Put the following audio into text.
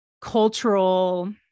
cultural